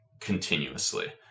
continuously